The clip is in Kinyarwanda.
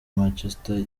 manchester